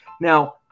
Now